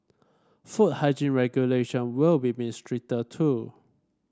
food hygiene regulation will be made stricter too